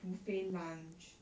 buffet lunch